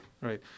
right